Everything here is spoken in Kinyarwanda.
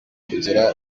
kugira